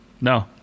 no